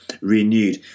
renewed